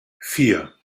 vier